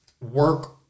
work